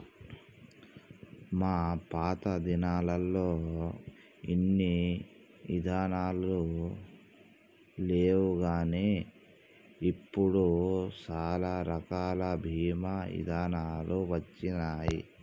మా పాతదినాలల్లో ఇన్ని ఇదానాలు లేవుగాని ఇప్పుడు సాలా రకాల బీమా ఇదానాలు వచ్చినాయి